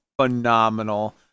phenomenal